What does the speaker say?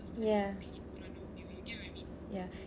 ya ya